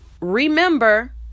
remember